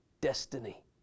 destiny